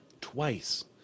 twice